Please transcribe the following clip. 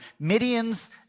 Midians